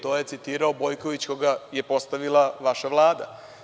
To je citirao Bojan Bojković koga je postavila vaša Vlada.